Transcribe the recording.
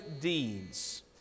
deeds